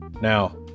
Now